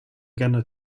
gonna